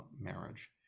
marriage